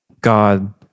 God